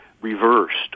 reversed